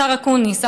השר אקוניס,